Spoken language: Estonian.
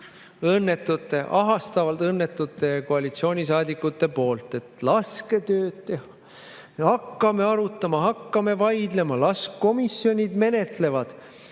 õnnetute, ahastavalt õnnetute koalitsioonisaadikute jutt? Laske tööd teha. Me hakkame arutama, hakkame vaidlema, las komisjonid menetlevad.